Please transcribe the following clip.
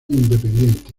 independiente